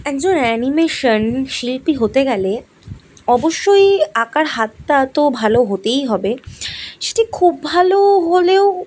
একজন অ্যানিমেশন শিল্পী হতে গেলে অবশ্যই আঁকার হাতটা তো ভালো হতেই হবে সেটি খুব ভালো হলেও